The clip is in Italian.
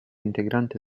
integrante